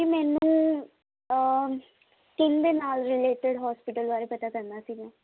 ਜੀ ਮੈਨੂੰ ਤਿੰਨ ਦੇ ਨਾਲ ਰਿਲੇਟਡ ਹੋਸਪਿਟਲ ਬਾਰੇ ਪਤਾ ਕਰਨਾ ਸੀਗਾ